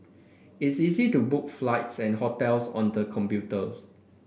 it's easy to book flights and hotels on the computer